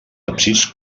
absis